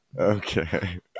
Okay